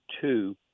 two